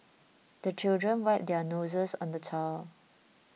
the children wipe their noses on the towel